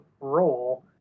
role